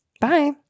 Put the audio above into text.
Bye